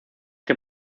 que